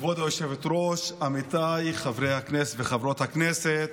כבוד היושבת-ראש, עמיתיי חברי הכנסת וחברות הכנסת,